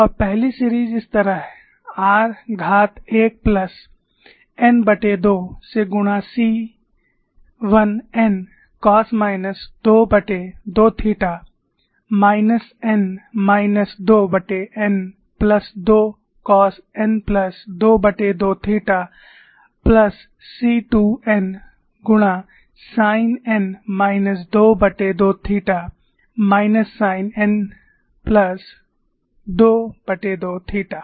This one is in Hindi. और पहली सीरीज़ इस तरह है r घात 1 प्लस n2 से गुणा C 1 n cos minus 22 theta minus n minus 2n plus 2 cos n plus 22 theta plus C 2 n गुणा sine n minus 22 theta minus sine n plus 22 theta